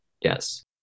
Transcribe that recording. Yes